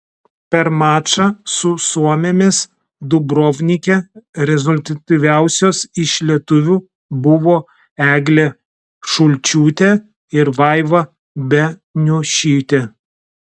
per mačą su suomėmis dubrovnike rezultatyviausios iš lietuvių buvo eglė šulčiūtė ir vaiva beniušytė